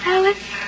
Alice